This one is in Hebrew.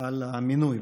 על המינוי.